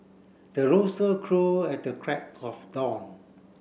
the rooster crow at the crack of dawn